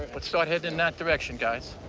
but start heading in that direction, guys.